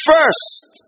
First